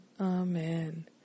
Amen